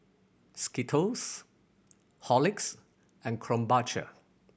Skittles Horlicks and Krombacher